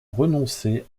renoncer